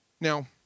Now